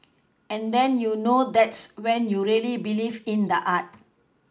and then you know that's when you really believe in the art